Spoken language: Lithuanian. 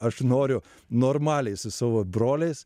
aš noriu normaliai su savo broliais